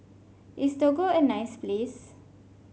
is Togo a nice place